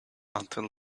until